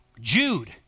Jude